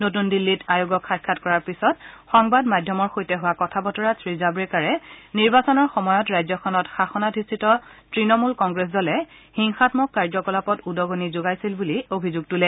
নতুন দিল্লীত আয়োগক সাক্ষাৎ কৰাৰ পিছত সংবাদ মাধ্যমৰ সৈতে হোৱা কথা বতৰাত শ্ৰীজাশ্ৰেকাৰে নিৰ্বাচনৰ সময়ত ৰাজ্যখনত শাসনাধিষ্ঠিত তৃণমূল কংগ্ৰেছ দলে হিংসামক কাৰ্য কলাপত উদানি জগাইছিল বুলি অভিযোগ তোলে